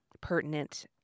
pertinent